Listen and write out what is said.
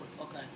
Okay